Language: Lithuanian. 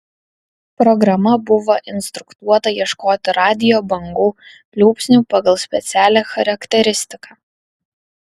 programa buvo instruktuota ieškoti radijo bangų pliūpsnių pagal specialią charakteristiką